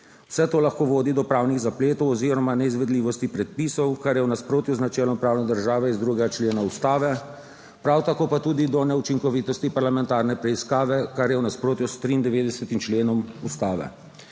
Vse to lahko vodi do pravnih zapletov oziroma neizvedljivosti predpisov, kar je v nasprotju z načelom pravne države iz 2. člena Ustave, prav tako pa tudi do neučinkovitosti parlamentarne preiskave, kar je v nasprotju s 93. členom Ustave.